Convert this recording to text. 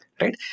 right